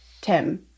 Tim